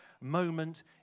moment